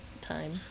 time